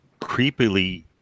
creepily